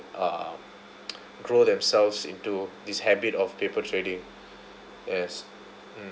um grow themselves into this habit of paper trading yes mm